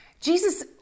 Jesus